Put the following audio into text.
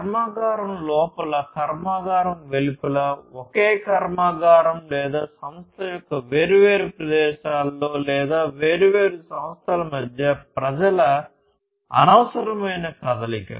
కర్మాగారం లోపల కర్మాగారం వెలుపల ఒకే కర్మాగారం లేదా సంస్థ యొక్క వేర్వేరు ప్రదేశాలలో లేదా వేర్వేరు సంస్థల మధ్య ప్రజల అనవసరమైన కదలిక